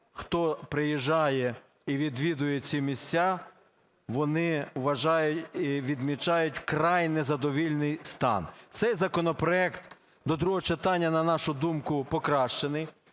хто приїжджає і відвідує ці місця, вони відмічають вкрай незадовільний стан. Цей законопроект до другого читання, на нашу думку, покращений.